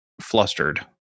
flustered